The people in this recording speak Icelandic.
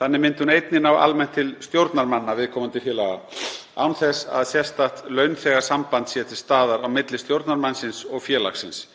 heldur myndi hún einnig ná almennt til stjórnarmanna viðkomandi félaga án þess að sérstakt launþegasamband sé til staðar á milli stjórnarmannsins og félagsins.